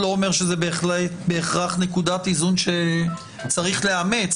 זה לא אומר בהכרח שזה נקודת איזון שצריך לאמץ,